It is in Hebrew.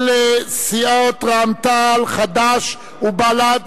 חד"ש ובל"ד,